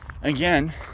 again